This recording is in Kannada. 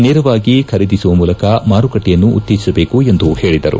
ನೇರವಾಗಿ ಖರೀದಿಸುವ ಮೂಲಕ ಮಾರುಕಟ್ಟೆಯನ್ನು ಉತ್ತೇಜಿಸಬೇಕೆಂದು ಹೇಳಿದರು